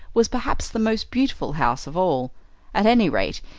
was perhaps the most beautiful house of all at any rate,